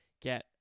get